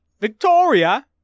Victoria